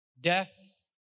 death